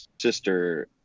sister